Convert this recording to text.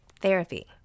Therapy